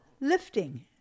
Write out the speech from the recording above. lifting